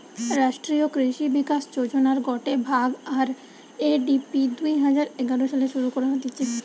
রাষ্ট্রীয় কৃষি বিকাশ যোজনার গটে ভাগ, আর.এ.ডি.পি দুই হাজার এগারো সালে শুরু করা হতিছে